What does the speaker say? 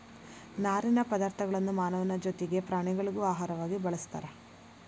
ನಾರಿನ ಪದಾರ್ಥಗಳನ್ನು ಮಾನವನ ಜೊತಿಗೆ ಪ್ರಾಣಿಗಳಿಗೂ ಆಹಾರವಾಗಿ ಬಳಸ್ತಾರ